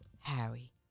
Harry